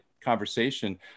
conversation